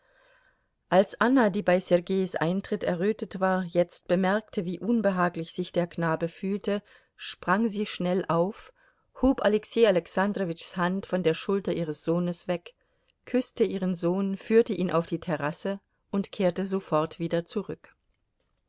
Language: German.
als anna die bei sergeis eintritt errötet war jetzt bemerkte wie unbehaglich sich der knabe fühlte sprang sie schnell auf hob alexei alexandrowitschs hand von der schulter ihres sohnes weg küßte ihren sohn führte ihn auf die terrasse und kehrte sofort wieder zurück